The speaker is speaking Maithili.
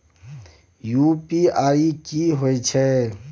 यु.पी.आई की होय छै?